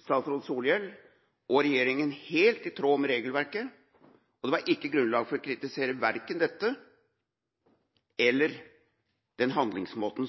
statsråd Solhjell, og regjeringa, helt i tråd med regelverket, og det var ikke grunnlag for å kritisere verken dette eller Navarsetes og Solhjells handlingsmåte